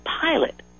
pilot